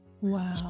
Wow